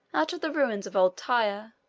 out of the ruins of old tyre,